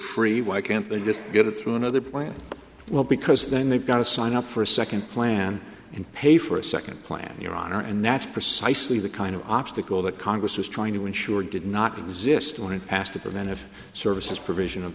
free why can't they just get it through another plan well because then they've got to sign up for a second plan and pay for a second plan your honor and that's precisely the kind of obstacle that congress is trying to ensure did not exist when it passed the preventive services provision of